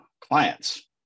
clients